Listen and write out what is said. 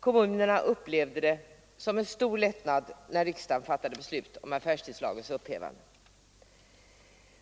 Kommunerna upplevde det som en stor lättnad när riksdagen fattade beslut om affärstidslagens upphävande.